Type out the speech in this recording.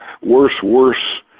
worse-worse